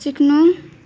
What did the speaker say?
सिक्नु